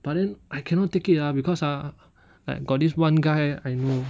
but then I cannot take it lah because ah like got this one guy I know